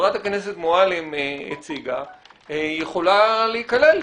שחברת הכנסת מועלם הציגה יכולה להיכלל,